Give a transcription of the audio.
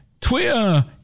Twitter